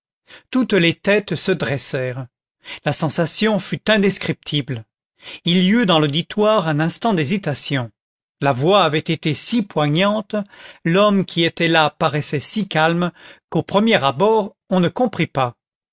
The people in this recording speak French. toutes les têtes se dressèrent la sensation fut indescriptible il y eut dans l'auditoire un instant d'hésitation la voix avait été si poignante l'homme qui était là paraissait si calme qu'au premier abord on ne comprit pas